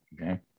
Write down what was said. Okay